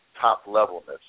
top-levelness